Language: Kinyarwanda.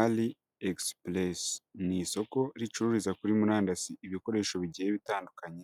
AliExpres ni isoko ricururiza kuri murandasi ibikoresho bigiye bitandukanye